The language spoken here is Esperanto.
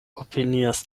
opinias